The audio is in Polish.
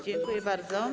Dziękuję bardzo.